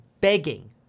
begging